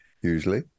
usually